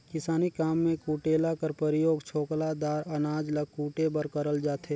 किसानी काम मे कुटेला कर परियोग छोकला दार अनाज ल कुटे बर करल जाथे